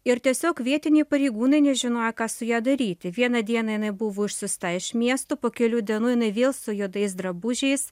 ir tiesiog vietiniai pareigūnai nežinojo ką su ja daryti vieną dieną jinai buvo išsiųsta iš miesto po kelių dienų jinai vėl su juodais drabužiais